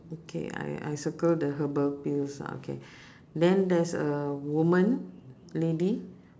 okay I I circle the herbal pills ah okay then there's a woman lady